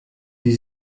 die